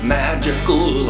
magical